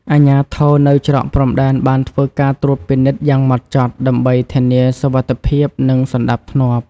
អាជ្ញាធរនៅច្រកព្រំដែនបានធ្វើការត្រួតពិនិត្យយ៉ាងហ្មត់ចត់ដើម្បីធានាសុវត្ថិភាពនិងសណ្តាប់ធ្នាប់។